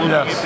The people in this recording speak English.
Yes